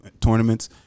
tournaments